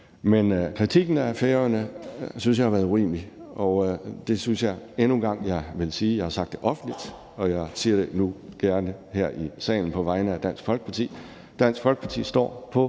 Men kritikken af Færøerne synes jeg har været urimelig, og det synes jeg endnu en gang, jeg vil sige. Jeg har sagt det offentligt, og jeg siger det nu gerne her i salen på vegne af Dansk Folkeparti. Dansk Folkeparti står på